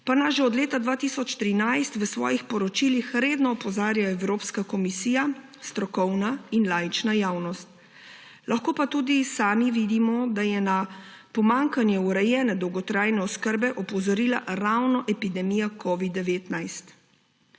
pa nas že od leta 2013 v svojih poročilih redno opozarja Evropska komisija, strokovna in laična javnost. Lahko tudi sami vidimo, da je na pomanjkanje urejene dolgotrajne oskrbe opozorila ravno epidemija covida-19.